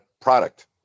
product